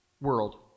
World